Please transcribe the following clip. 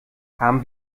haben